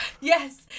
Yes